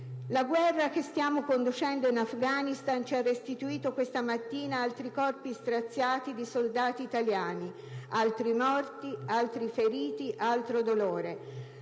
«La guerra che stiamo conducendo in Afghanistan ci ha restituito questa mattina altri corpi straziati di soldati italiani. Altri morti, altri feriti, altro dolore,